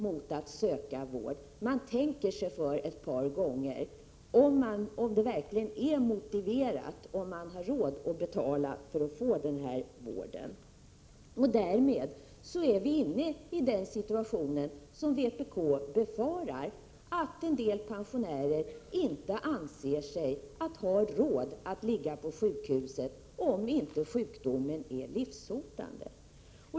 Innan man söker vård tänker man sig för ett par gånger om det verkligen är motiverat och om man har råd att betala för att få vården. Därmed är vi inne i den situation som vpk befarar, nämligen att en del pensionärer inte anser sig ha råd att ligga på sjukhus, om inte sjukdomen är livshotande.